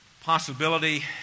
possibility